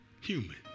human